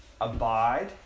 abide